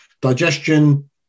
Digestion